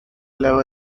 level